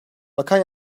bakan